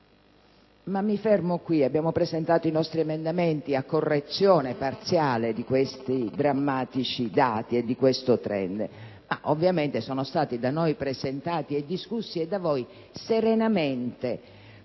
ma mi fermo qui. Abbiamo presentato i nostri emendamenti a correzione parziale di questi drammatici dati e di questo *trend* ma, ovviamente, sono stati da noi presentati e discussi e da voi serenamente bocciati.